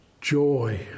joy